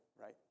right